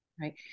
right